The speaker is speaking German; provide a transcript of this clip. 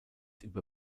über